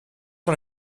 van